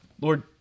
Lord